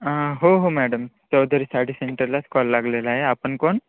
हो हो मॅडम चौधरी साडी सेंटरलाच कॉल लागलेला आहे आपण कोण